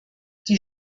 die